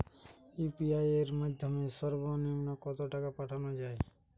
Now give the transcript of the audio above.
UPI এর মাধ্যমে সর্ব নিম্ন কত টাকা পাঠানো য়ায়?